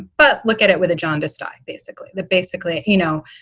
but look at it with a jaundiced eye. basically, the basically, you know,